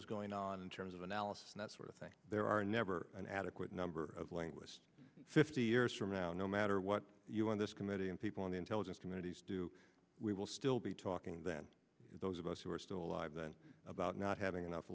was going on in terms of analysis and that sort of thing there are never an adequate number of linguists fifty years from now no matter what you on this committee and people in the intelligence communities do we will still be talking that those of us who are still alive and about not having enough